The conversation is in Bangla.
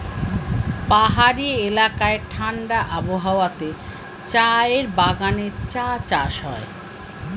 পাহাড়ি এলাকায় ঠাণ্ডা আবহাওয়াতে চায়ের বাগানে চা চাষ হয়